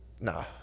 No